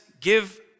give